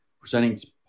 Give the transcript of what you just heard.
presenting